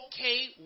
okay